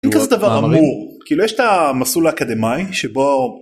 אין כזה דבר "אמור". כאילו יש את המסלול האקדמאי, שבו